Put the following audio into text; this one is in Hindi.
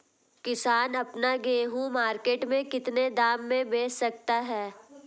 किसान अपना गेहूँ मार्केट में कितने दाम में बेच सकता है?